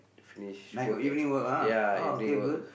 finish work at ya evening work